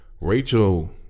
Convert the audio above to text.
Rachel